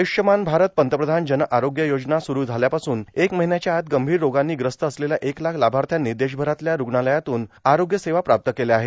आयुष्यमान भारत पंतप्रधान जन आरोग्य योजना सुरू झाल्यापासून एक महिन्याच्या आत गंभीर रोगांनी ग्रस्त असलेल्या एक लाख लाभार्थ्यांनी देशभरातल्या रूग्णालयांतून आरोग्यसेवा प्राप्त केल्या आहेत